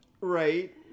Right